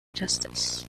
justice